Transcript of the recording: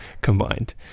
combined